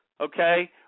Okay